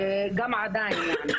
גם עדיין יעני,